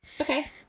Okay